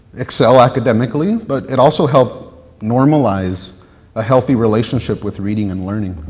excel academically, but it also helped normalize a healthy relationship with reading and learning.